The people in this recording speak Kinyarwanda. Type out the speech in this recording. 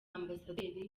amb